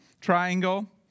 Triangle